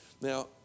Now